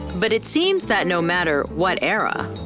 but it seems that no matter what era,